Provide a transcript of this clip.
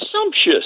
sumptuous